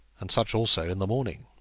and such also in the morning.